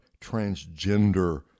transgender